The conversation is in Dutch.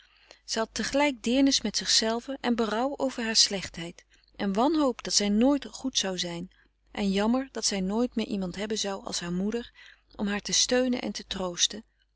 had tegelijk deernis met zichzelve en berouw over haar slechtheid en wanhoop dat zij nooit goed zou zijn en jammer dat zij nooit meer iemand hebben zou als haar moeder om haar te steunen en te troosten